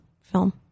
film